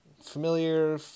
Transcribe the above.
familiar